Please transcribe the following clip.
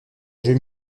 jeux